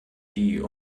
die